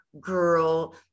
girl